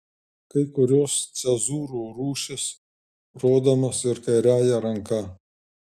kai kurios cezūrų rūšys rodomos ir kairiąja ranka